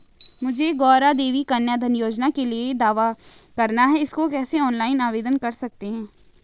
मुझे गौरा देवी कन्या धन योजना के लिए दावा करना है इसको कैसे ऑनलाइन आवेदन कर सकते हैं?